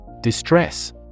Distress